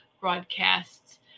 broadcasts